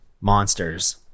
monsters